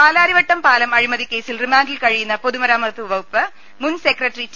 പാലാരിവട്ടം പാലം അഴിമതിക്കേസിൽ റിമാന്റിൽ കഴിയുന്ന പൊതുമരാമത്ത് വകുപ്പ് മുൻ സെക്രട്ടറി ടി